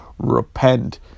repent